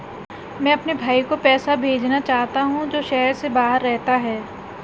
मैं अपने भाई को पैसे भेजना चाहता हूँ जो शहर से बाहर रहता है